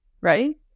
right